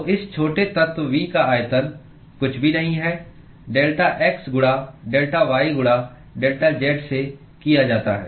तो इस छोटे तत्व v का आयतन कुछ भी नहीं है डेल्टा x गुणा डेल्टा y गुणा डेल्टा z से किया जाता है